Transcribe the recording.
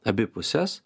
abi puses